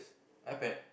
iPad